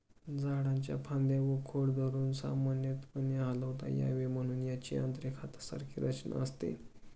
झाडाच्या फांद्या व खोड धरून सामान्यपणे हलवता यावे म्हणून त्याची यांत्रिक हातासारखी रचना असते